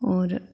होर